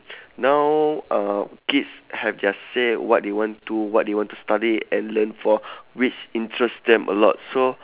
now uh kids have their say what they want to what they want to study and learn for which interest them a lot so